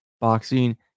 boxing